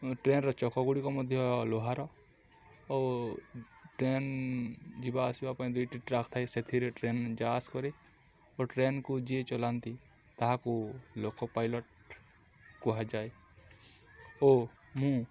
ଟ୍ରେନ୍ର ଚକ ଗୁଡ଼ିକ ମଧ୍ୟ ଲୁହାର ଓ ଟ୍ରେନ୍ ଯିବା ଆସିବା ପାଇଁ ଦୁଇଟି ଟ୍ରାକ୍ ଥାଏ ସେଥିରେ ଟ୍ରେନ୍ ଯାଆ ଆସ କରେ ଓ ଟ୍ରେନ୍କୁ ଯିଏ ଚଲାନ୍ତି ତାହାକୁ ଲୋକପାଇଲଟ୍ କୁହାଯାଏ ଓ ମୁଁ